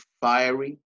fiery